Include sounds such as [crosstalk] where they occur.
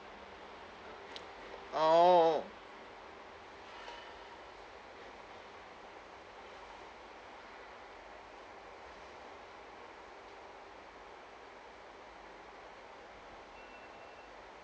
[noise] orh